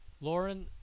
Lauren